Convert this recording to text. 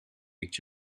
each